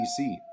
DC